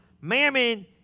Mammon